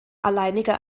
alleiniger